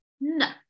no